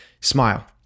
Smile